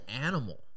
animal